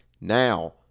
now